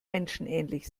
menschenähnlich